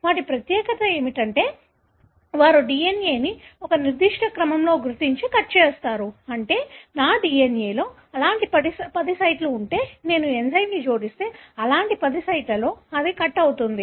వాటి ప్రత్యేకత ఏమిటంటే వారు DNA ని ఒక నిర్దిష్ట క్రమంలో గుర్తించి కట్ చేస్తారు అంటే నా DNA లో అలాంటి పది సైట్లు ఉంటే నేను ఎంజైమ్ని జోడిస్తే అలాంటి పది సైట్లలో అది కట్ అవుతుంది